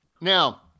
now